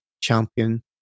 champion